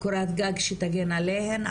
קורת גג שתגן עליהן,